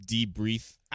debrief